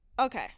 Okay